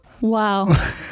Wow